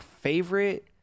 favorite